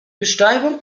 bestäubung